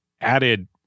added